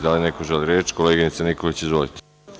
Da li neko želi reč? (Da) Koleginice Nikolić, izvolite.